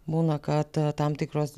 būna kad tam tikros